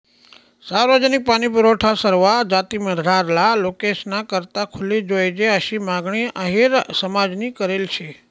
सार्वजनिक पाणीपुरवठा सरवा जातीमझारला लोकेसना करता खुली जोयजे आशी मागणी अहिर समाजनी करेल शे